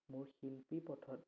মোৰ শিল্পী পথত